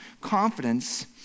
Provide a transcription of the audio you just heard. Confidence